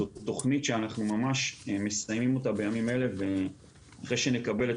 זו תכנית שאנחנו ממש מסיימים אותה בימים אלה ואחרי שנקבל את